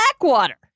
Blackwater